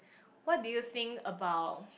what do you think about